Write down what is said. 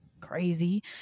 crazy